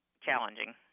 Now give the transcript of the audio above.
challenging